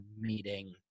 meeting